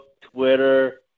Twitter